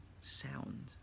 sound